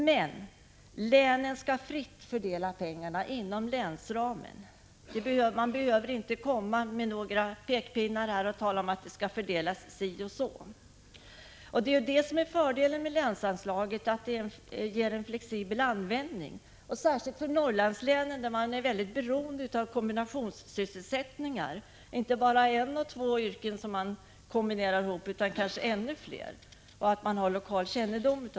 Men länen skall fritt fördela pengarna inom länsramen — det behövs inga pekpinnar eller anvisningar om att de skall fördelas si eller så. Fördelen med länsanslaget är att det ger möjlighet till en flexibel användning av medlen. Det är viktigt särskilt för Norrlandslänen, där man är beroende av kombinationssysselsättningar — det är inte bara ett och två yrken man kombinerar ihop utan kanske ännu fler. Det är också viktigt att man har lokal kännedom.